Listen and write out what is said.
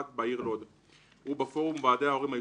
בעיר לוד ובפרום ועדי ההורים היישובי.